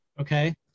Okay